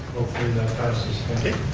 hopefully that passes. okay